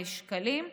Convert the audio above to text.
שקלים,